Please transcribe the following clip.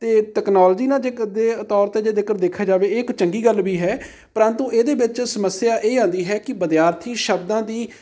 ਅਤੇ ਤਕਨਾਲੋਜੀ ਨਾਲ ਜੇ ਕਦੇ ਤੌਰ 'ਤੇ ਜੇ ਜੇਕਰ ਦੇਖਿਆ ਜਾਵੇ ਇਹ ਇੱਕ ਚੰਗੀ ਗੱਲ ਵੀ ਹੈ ਪ੍ਰੰਤੂ ਇਹਦੇ ਵਿੱਚ ਸਮੱਸਿਆ ਇਹ ਆਉਂਦੀ ਹੈ ਕਿ ਵਿਦਿਆਰਥੀ ਸ਼ਬਦਾਂ ਦੀ